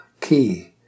key